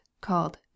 called